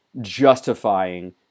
justifying